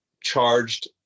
charged